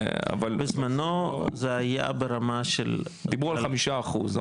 אבל --- בזמנו זה היה ברמה של --- דיברו על חמישה אחוז.